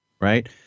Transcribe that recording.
Right